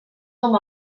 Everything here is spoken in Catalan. com